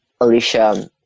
Alicia